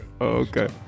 Okay